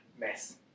mess